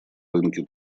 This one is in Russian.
рынки